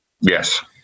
Yes